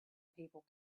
people